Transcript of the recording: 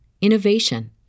innovation